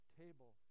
table